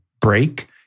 break